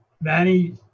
Manny